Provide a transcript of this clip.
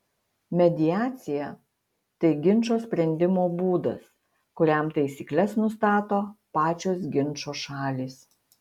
mediacija tai ginčo sprendimo būdas kuriam taisykles nustato pačios ginčo šalys